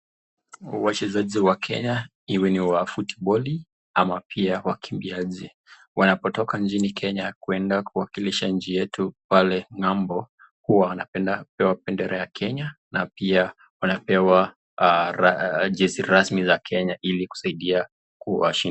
Wachezaji wa Kenya iwe ni wa futiboli ama pia wakimbiaji, wanapotoka nchini Kenya kuenda kuwakilisha nchi yetu pale ng'ambo, huwa wanapenda kupewa bendera ya Kenya na pia wanapewa jezi rasmi za Kenya ili kusaidia kuwashi.